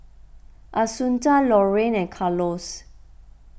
Assunta Laurene and Carlos